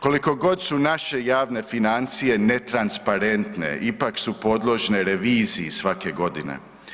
Koliko god su naše javne financije netransparentne, ipak su podložne reviziji svake godine.